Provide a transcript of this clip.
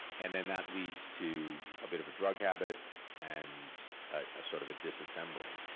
and then that leads to a bit of a drug habit and a sort of a disassembling,